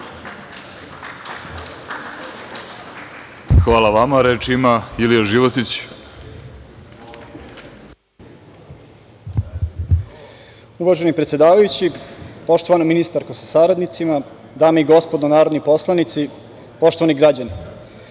Ilija Životić. **Ilija Životić** Uvaženi predsedavajući, poštovana ministarko sa saradnicima, dame i gospodo narodni poslanici, poštovani građani,